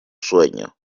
sueño